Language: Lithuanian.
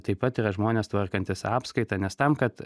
tai pat yra žmonės tvarkantys apskaitą nes tam kad